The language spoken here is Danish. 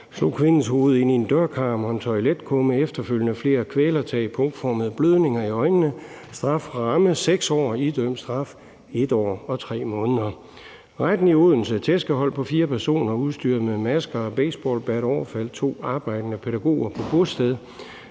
slog kvindens hoved ind i en dørkarm og en toiletkumme. Efterfølgende var der flere kvælertag, og der kom punktformede blødninger i øjnene. Strafferammen er 6 år. Den idømte straf var 1 år og 3 måneder. Endnu et eksempel er fra Retten i Odense: Et tæskehold på fire personer udstyret med masker og baseballbat overfaldt to arbejdende pædagoger på et bosted.